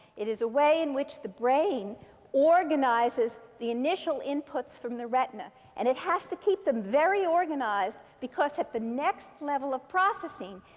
it is a way in which the brain organizes the initial inputs from the retina. and it has to keep them very organized. because at the next level of processing,